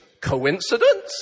Coincidence